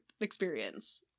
experience